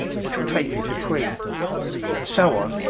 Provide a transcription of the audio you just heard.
which will take you to three and so on,